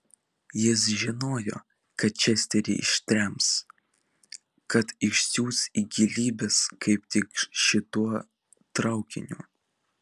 jis žinojo kad česterį ištrems kad išsiųs į gilybes kaip tik šituo traukiniu